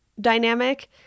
dynamic